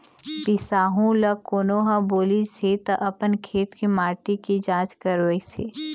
बिसाहू ल कोनो ह बोलिस हे त अपन खेत के माटी के जाँच करवइस हे